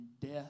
death